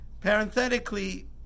Parenthetically